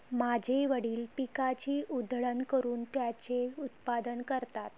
माझे वडील पिकाची उधळण करून त्याचे उत्पादन करतात